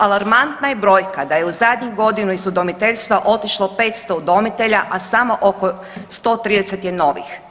Alarmantna je brojka da je u zadnjih godinu iz udomiteljstva otišlo 500 udomitelja, a samo oko 130 je novih.